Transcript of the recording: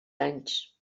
anys